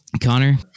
Connor